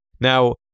now